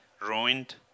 ruined